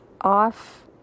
off